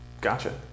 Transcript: Gotcha